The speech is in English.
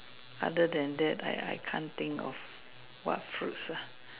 other than that I I can't think of what fruits lah